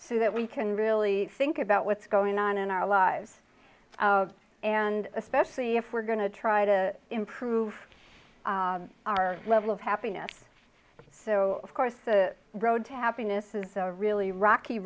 so that we can really think about what's going on in our lives and especially if we're going to try to improve our level of happiness so of course the road to happiness is a really rocky